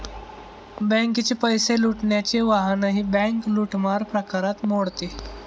बँकेचे पैसे लुटण्याचे वाहनही बँक लूटमार प्रकारात मोडते